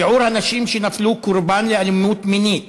שיעור הנשים שנפלו קורבן לאלימות מינית